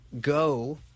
go